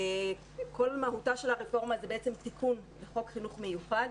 כל מהותה של הרפורמה זה תיקון לחוק חינוך מיוחד